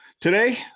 today